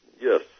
Yes